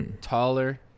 Taller